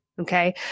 okay